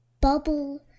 bubble